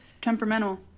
temperamental